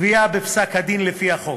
קביעה בפסק-הדין לפי החוק.